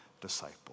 disciple